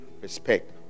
respect